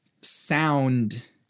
sound